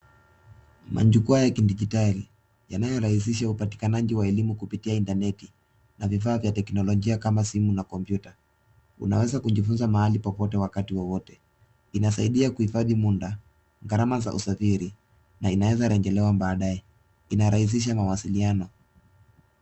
Majukwaa ya kidijitali yanayorahisisha upatikana wa elimu kupitia intaneti na vifaa vya teknolojia kama simu na kompyuta. Unaweza kujifunza wakati wowote mahali popote. Inasaidia kuhifadhi muda, gharama za usafiri, na inaweza rejelewa baadaye. Inarahisisha mawasiliano.